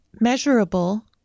Measurable